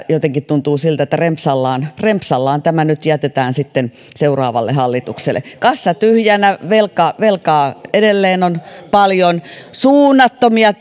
jotenkin tuntuu siltä että rempsallaan rempsallaan tämä nyt jätetään seuraavalle hallitukselle kassa tyhjänä velkaa edelleen on paljon suunnattomia